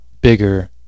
bigger